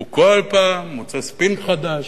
הוא כל פעם מוצא ספין חדש,